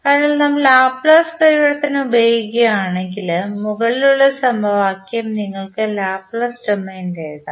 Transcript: അതിനാൽ നമ്മൾ ലാപ്ലേസ് പരിവർത്തനം ഉപയോഗിക്കുകയാണെങ്കിൽ മുകളിലുള്ള സമവാക്യം നിങ്ങൾക്ക് ലാപ്ലേസ് ഡൊമെയ്നിൽ എഴുതാം